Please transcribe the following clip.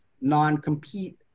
non-compete